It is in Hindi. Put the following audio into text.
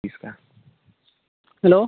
इसका हलो